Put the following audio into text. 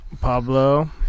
pablo